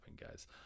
guys